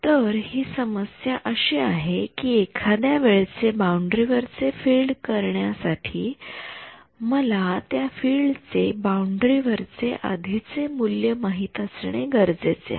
तर समस्या अशी आहे कि एखाद्या वेळचे बाउंडरी वरचे फील्ड कळण्या साठी मला त्या फील्ड चे बाउंडरी वरचे आधीचे मूल्य माहित असणे गरजेचे आहे